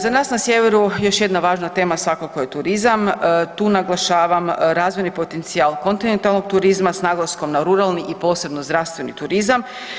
Za nas na sjeveru još jedna važna tema svakako je turizam, tu naglašavam razvojni potencijal kontinentalnog turizma s naglaskom na ruralni i posebno zdravstveni turizam.